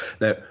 Now